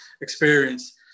experience